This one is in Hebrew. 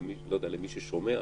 אני לא יודע מי שומע,